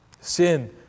Sin